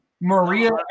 Maria